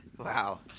Wow